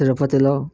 తిరుపతిలో